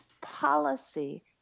policy